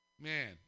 man